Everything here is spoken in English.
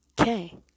Okay